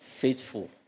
faithful